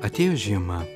atėjo žiema